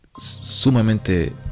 sumamente